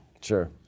sure